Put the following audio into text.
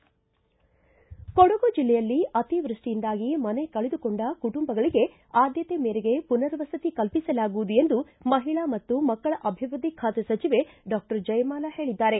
ಕೊಡಗು ಜಿಲ್ಲೆಯಲ್ಲಿ ಅತಿವೃಷ್ಷಿಯಿಂದಾಗಿ ಮನೆ ಕಳೆದುಕೊಂಡ ಕುಟುಂಬಗಳಿಗೆ ಆದ್ಭತೆ ಮೇರೆಗೆ ಪುನರ್ವಸತಿ ಕಲ್ಪಿಸಲಾಗುವುದು ಎಂದು ಮಹಿಳಾ ಮತ್ತು ಮಕ್ಕಳ ಅಭಿವೃದ್ಧಿ ಬಾತೆ ಸಚಿವೆ ಡಾಕ್ಟರ್ ಜಯಮಾಲ ಹೇಳಿದ್ದಾರೆ